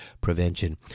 Prevention